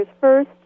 first